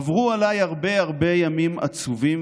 עברו עליי הרבה הרבה ימים עצובים,